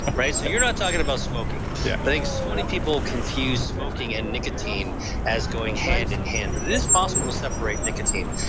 so you are not talking about smoking yeah i think so many people confuse smoking and nicotine as going hand-in-hand, but it is possible to separate nicotine.